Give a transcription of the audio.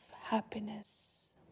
happiness